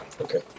Okay